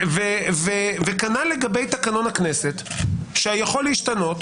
וכנ"ל לגבי תקנון הכנסת שיכול להשתנות